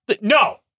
No